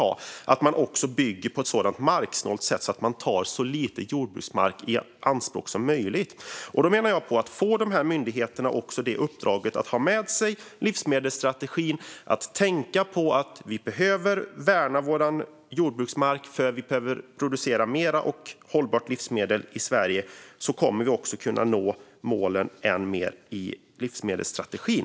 Då ska man bygga på ett sätt som är marksnålt och tar så lite jordbruksmark som möjligt i anspråk. Jag undrar då: Får dessa myndigheter också uppdraget att tänka på att vi behöver värna vår jordbruksmark, för vi behöver producera mer och hållbarare livsmedel i Sverige för att kunna nå målen i livsmedelsstrategin?